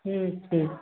ठीक ठीक